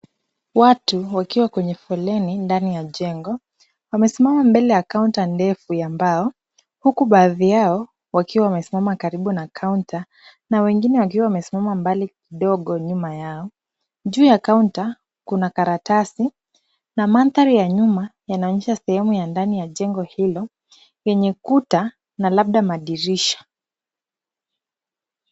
Watu wakiwa kwenye foleni ndani ya jengo, wamesimama mbele ya kaunta ndefu ya mbao. Huku baadhi yao wakiwa wamesimama karibu na kaunta, na wengine wakiwa wamesimama mbali kidogo nyuma yao. Juu ya kaunta, kuna karatasi na mandhari ya nyuma yanayoonyesha sehemu ya ndani ya jengo hilo, yenye kuta na labda madirisha.